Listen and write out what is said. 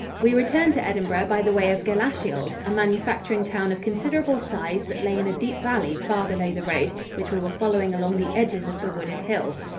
we returned to edinburgh by the way of galashiels, a manufacturing town of considerable size that lay in a deep valley far below the road which we were following along the edges of the wooded hills.